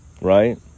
Right